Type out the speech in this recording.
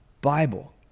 Bible